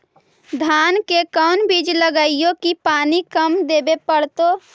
धान के कोन बिज लगईऐ कि पानी कम देवे पड़े?